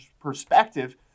perspective